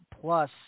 plus